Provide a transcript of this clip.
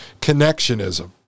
Connectionism